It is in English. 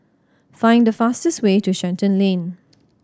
find the fastest way to Shenton Lane